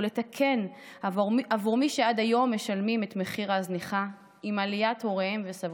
ולתקן עבור מי שעד היום משלמים את מחיר ההזנחה עם עליית הוריהם וסביהם.